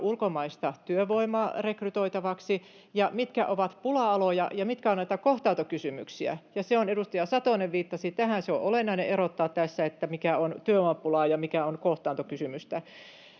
ulkomaista työvoimaa rekrytoitavaksi, ja mitkä ovat pula-aloja ja mitkä ovat näitä kohtaantokysymyksiä. Ja tässä on — edustaja Satonen viittasi tähän — olennaista erottaa, mikä on työvoimapulaa ja mikä on kohtaantokysymystä.